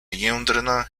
jędrna